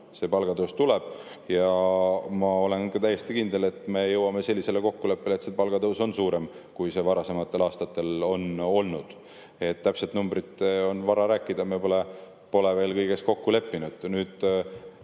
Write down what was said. et palgatõus tuleb, ja ma olen täiesti kindel, et me jõuame sellisele kokkuleppele, et see palgatõus on suurem, kui varasematel aastatel on olnud. Täpsest numbrist on vara rääkida, me pole veel kõiges kokku leppinud. On